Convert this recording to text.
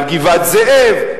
על גבעת-זאב,